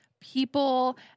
People